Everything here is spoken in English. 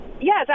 Yes